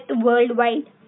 worldwide